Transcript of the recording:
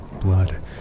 Blood